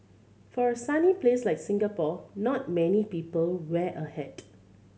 for a sunny place like Singapore not many people wear a hat